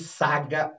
saga